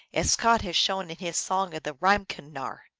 as scott has shown in his song of the reim kennar.